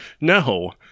no